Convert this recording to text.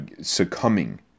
succumbing